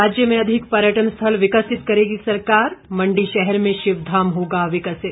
राज्य में अधिक पर्यटन स्थल विकसित करेगी सरकार मंडी शहर में शिवधाम होगा विकसित